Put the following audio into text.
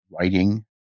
writing